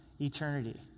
eternity